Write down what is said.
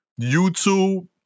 YouTube